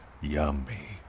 yummy